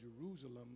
Jerusalem